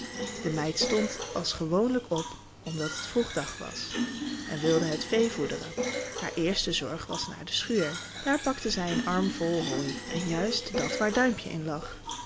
de meid stond als gewoonlijk op omdat het vroeg dag was en wilde het vee voederen haar eerste zorg was naar de schuur daar pakte zij een arm vol hooi en juist dat waar duimpje in lag